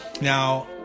Now